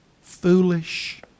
foolish